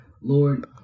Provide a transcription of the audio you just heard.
Lord